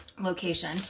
location